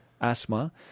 asthma